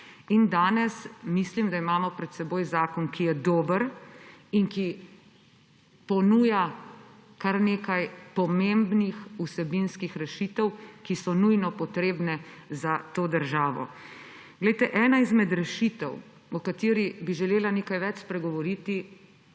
In mislim, da imamo danes pred seboj zakon, ki je dober in ki ponuja kar nekaj pomembnih vsebinskih rešitev, ki so nujno potrebne za to državo. Ena izmed rešitev, o kateri bi želela nekaj več spregovoriti,